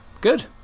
Good